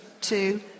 two